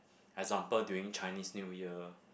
example during Chinese New Year